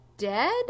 dead